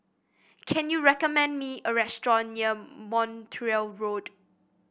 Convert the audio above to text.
can you recommend me a restaurant near Montreal Road